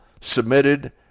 submitted